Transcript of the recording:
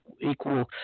equal